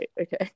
okay